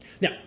Now